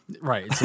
Right